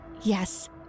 Yes